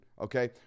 Okay